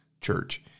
church